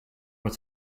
with